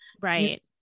right